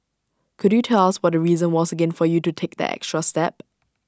could you tell us what the reason was again for you to take that extra step